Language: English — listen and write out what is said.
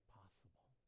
possible